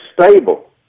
stable